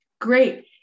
Great